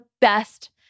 best